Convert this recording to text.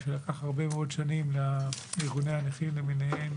מה שלקח הרבה מאוד שנים לארגוני הנכים למיניהם